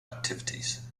activities